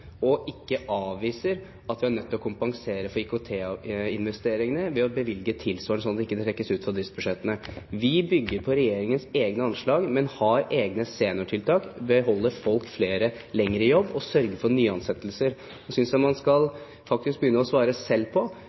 og ikke avviser at vi er nødt til å kompensere for IKT-investeringene ved å bevilge tilsvarende, slik at det ikke trekkes ut av disse budsjettene. Vi bygger på regjeringens egne anslag, men har egne seniortiltak, beholder flere folk lenger i jobb og sørger for nyansettelser. Jeg synes faktisk man selv skal begynne å svare på